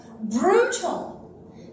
brutal